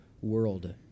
world